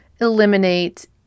eliminate